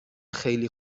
خیلی